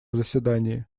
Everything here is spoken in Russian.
заседании